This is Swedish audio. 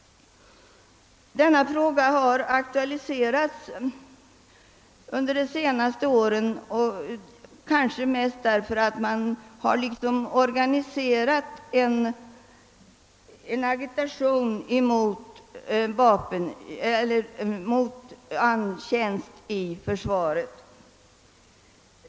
Denna fråga har aktualiserats under de senaste åren, kanske mest på grund av en organiserad agitation mot tjänstgöring i försvaret.